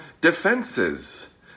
defenses